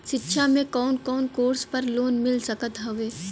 शिक्षा मे कवन कवन कोर्स पर लोन मिल सकत हउवे?